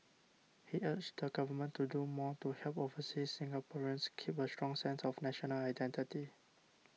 he urged the Government to do more to help overseas Singaporeans keep a strong sense of national identity